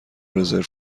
رزرو